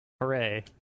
Hooray